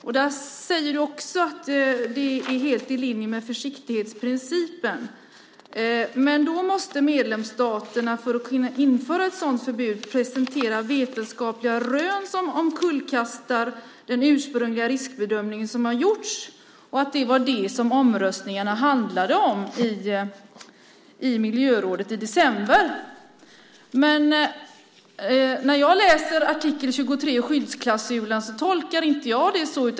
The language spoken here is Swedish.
Du säger att det är helt i linje med försiktighetsprincipen. Men då måste medlemsstaterna, för att kunna införa ett sådant förbud, presentera vetenskapliga rön som omkullkastar den ursprungliga riskbedömning som har gjorts. Det var det som omröstningarna handlade om i miljörådet i december. Men när jag läser artikel 23, skyddsklausulen, tolkar jag inte den så.